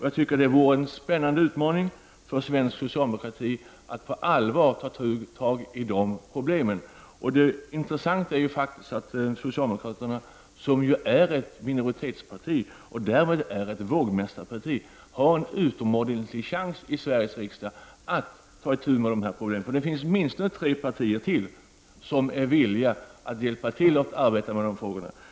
Jag tycker det vore en spännande utmaning för svensk socialdemokrati att på allvar ta sig an dessa problem. Det intressanta är faktiskt att socialdemokraterna, som ju är ett minoritetsparti och därmed också ett vågmästarparti, har en utomordentlig chans i Sveriges riksdag att ta itu med dessa problem. Det finns åtminstone tre partier till som är villiga att hjälpa till och arbeta med dessa frågor.